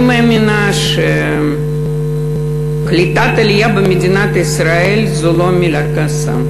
אני מאמינה שקליטת עלייה במדינת ישראל זו לא מילה גסה,